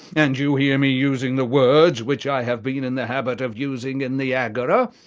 and you hear me using the words which i have been in the habit of using in the agora,